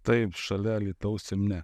taip šalia alytaus ir ne